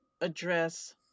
address